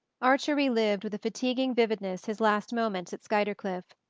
archer relived with a fatiguing vividness his last moments at skuytercliff.